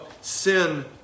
sin